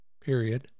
period